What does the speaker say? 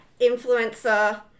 influencer